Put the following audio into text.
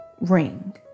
ring